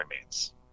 remains